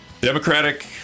Democratic